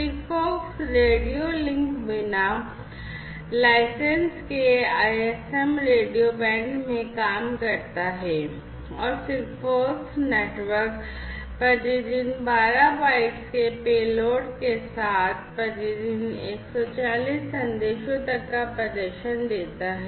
SIGFOX radio link बिना licence के ISM radio band में काम करता है और SIGFOX नेटवर्क प्रति दिन 12 bytes per message के पेलोड के साथ प्रति दिन 140 संदेशों तक का प्रदर्शन देता है